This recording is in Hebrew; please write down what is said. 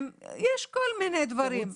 יש כל מיני דברים.